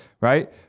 right